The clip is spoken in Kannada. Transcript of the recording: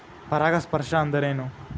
ಪರಾಗಸ್ಪರ್ಶ ಅಂದರೇನು?